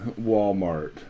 Walmart